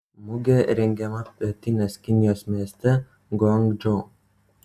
mugė rengiama pietinės kinijos mieste guangdžou